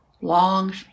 long